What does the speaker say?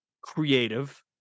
creative